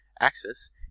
axis